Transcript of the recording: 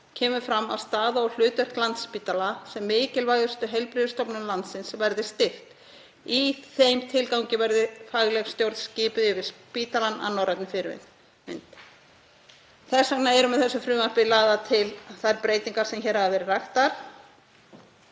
kemur fram að staða og hlutverk Landspítala sem mikilvægustu heilbrigðisstofnunar landsins verði styrkt. Í þeim tilgangi verði fagleg stjórn skipuð yfir spítalann að norrænni fyrirmynd. Þess vegna eru með þessu frumvarpi lagðar til þær breytingar sem hér hafa verið raktar